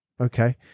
Okay